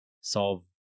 solve